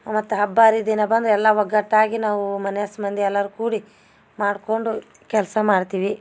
ಮತ್ತು ಹಬ್ಬ ಹರಿದಿನ ಬಂದರೆ ಎಲ್ಲ ಒಗ್ಗಟ್ಟಾಗಿ ನಾವು ಮನೆಯಸ್ ಮಂದಿ ಎಲ್ಲರು ಕೂಡಿ ಮಾಡ್ಕೊಂಡು ಕೆಲಸ ಮಾಡ್ತೀವಿ